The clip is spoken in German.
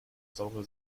saure